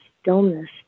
stillness